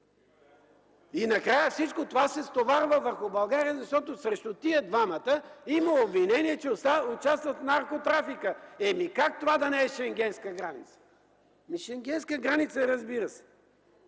Накрая всичко това се стоварва върху България, защото срещу тия двамата има обвинения, че участват в наркотрафика. Как това да не е Шенгенска граница?! Ами Шенгенска граница е, разбира се!